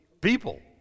People